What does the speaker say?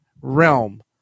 realm